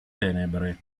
tenebre